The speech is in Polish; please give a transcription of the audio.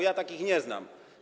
Ja takich nie znam.